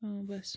آ بَس